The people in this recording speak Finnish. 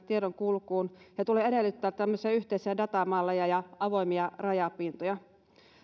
tiedonkulkuun ja tulee edellyttää yhteisiä datamalleja ja avoimia rajapintoja